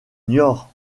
niort